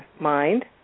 mind